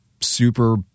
super